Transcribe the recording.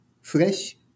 fresh